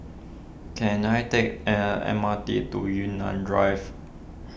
can I take an M R T to Yunnan Drive